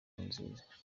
nkurunziza